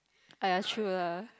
ah ya true lah